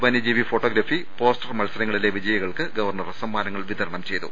വന്യജീവി photography poster മത്സരങ്ങളിലെ വിജയികൾക്ക് ഗവർണർ സമ്മാനങ്ങൾ വിതരണം ചെയ്തു